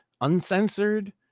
uncensored